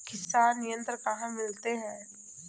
किसान यंत्र कहाँ मिलते हैं?